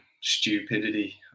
stupidity